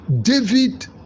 David